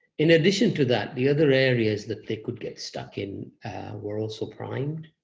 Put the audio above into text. in addition to that, the other areas that they could get stuck in were also primed.